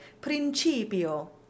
principio